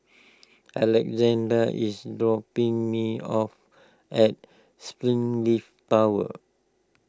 Alexandr is dropping me off at Springleaf Tower